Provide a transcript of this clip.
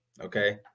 okay